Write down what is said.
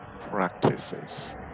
practices